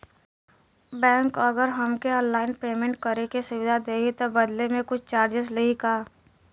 Bank अगर हमके online payment करे के सुविधा देही त बदले में कुछ चार्जेस लेही का?